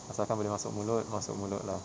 asalkan boleh masuk mulut masuk mulut lah